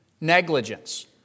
Negligence